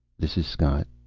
this is scott.